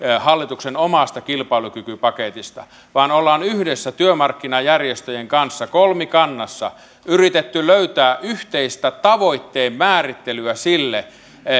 hallituksen omasta kilpailukykypaketista vaan ollaan yhdessä työmarkkinajärjestöjen kanssa kolmikannassa yritetty löytää yhteistä tavoitteen määrittelyä sille